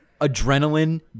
Adrenaline